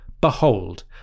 Behold